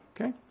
Okay